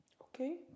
okay